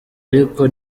ariko